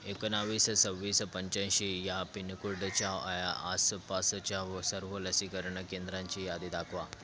एकोणवीस सव्वीस पंचाऐंशी या पिनकोडच्या या आसपासच्या व सर्व लसीकरण केंद्रांची यादी दाखवा